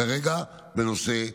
כרגע בנושא הממ"דים,